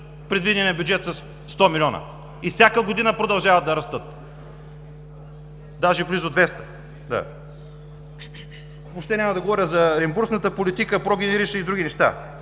предвидения бюджет със 100 милиона и всяка година продължават да растат – даже близо 200. Няма да говоря за реимбурсната политика, прогенерични и други неща.